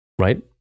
right